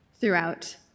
throughout